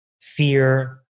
fear